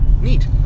Neat